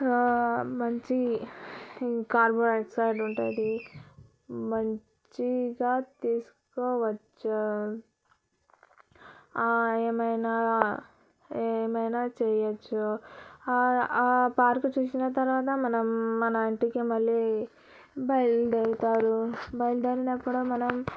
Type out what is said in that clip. మంచి carbon dioxide ఉంటుంది మంచిగా తీసుకోవచ్చు ఆ ఏమైనా ఏమైనా చేయొచ్చు ఆ పార్క్ చూసిన తర్వాత మనం మన ఇంటికి మళ్ళీ బయలుదేరుతారు బయలుదేరిన కూడా మనం